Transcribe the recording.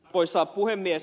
arvoisa puhemies